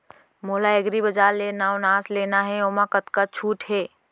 मोला एग्रीबजार ले नवनास लेना हे ओमा कतका छूट हे?